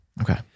okay